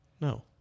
No